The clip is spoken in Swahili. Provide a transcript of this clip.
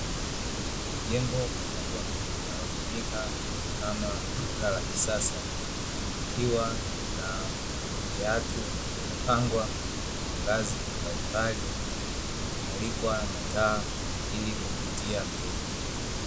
Jengo kubwa linalotumika kama duka la kisasa, likiwa na viatu vimepangwa kwa ngazi mbalimbali na kumulikwa na taa ili kumvutia mteja.